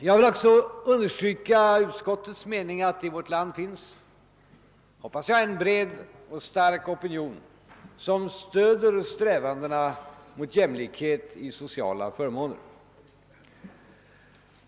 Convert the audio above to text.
Jag vill också understryka utskottets mening att det i vårt land finns en bred och stark opinion som stöder strävandena i riktning mot jämlikhet i sociala förmåner.